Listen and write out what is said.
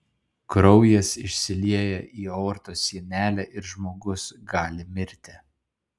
kraujas išsilieja į aortos sienelę ir žmogus gali mirti